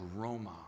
aroma